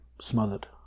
smothered